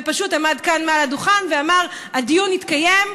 ופשוט עמד כאן מעל הדוכן ואמר: הדיון יתקיים,